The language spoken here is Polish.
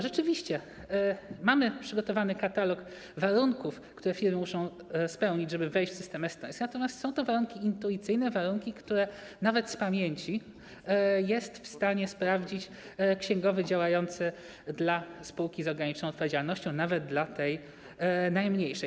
Rzeczywiście, mamy przygotowany katalog warunków, które firmy muszą spełnić, żeby wejść w system estoński, natomiast są to warunki intuicyjne, warunki, które nawet z pamięci jest w stanie sprawdzić księgowy działający dla spółki z ograniczoną odpowiedzialnością, nawet dla tej najmniejszej.